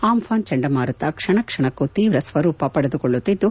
ಆಂಘಾನ್ ಚಂಡಮಾರುತ ಕ್ಷಣಕ್ಷಣಕ್ಕೂ ತೀವ್ರ ಸ್ವರೂಪ ಪಡೆದುಕೊಳ್ಳುತ್ತಿದ್ದು